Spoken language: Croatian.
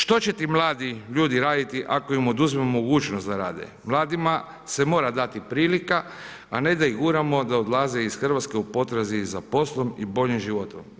Što će ti mladi ljudi raditi ako im oduzmemo mogućnost da rade, mladima se mora dati prilika a ne da ih guramo da odlaze iz Hrvatske u potrazi za poslom i boljim životom.